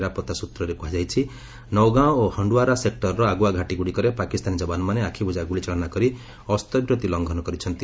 ନିରାପତ୍ତା ସ୍ବତ୍ରରେ କୁହାଯାଇଛି ନଉଗାଁମ ଓ ହଣ୍ଡୱାରା ସେକୁରର ଆଗୁଆ ଘାଟି ଗୁଡ଼ିକରେ ପାକିସ୍ତାନୀ ଜବାନମାନେ ଆଖିବୁଜା ଗୁଳିଚାଳନା କରି ଅସ୍ତ୍ରବିରତି ଲଙ୍ଘନ କରିଛନ୍ତି